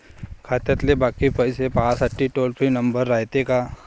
खात्यातले बाकी पैसे पाहासाठी टोल फ्री नंबर रायते का?